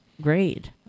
great